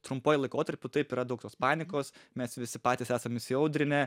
trumpuoju laikotarpiu taip yra daug tos panikos mes visi patys esam įsiaudrinę